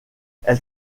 elle